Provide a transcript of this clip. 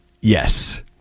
Yes